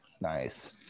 nice